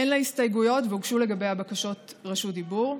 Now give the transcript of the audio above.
אין לה הסתייגויות והוגשו לגביה בקשות רשות דיבור.